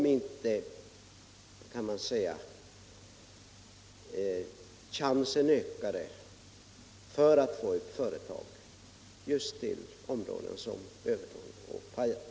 Skulle inte chansen då öka att få företag just till områden som Övertorneå och Pajala?